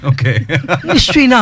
Okay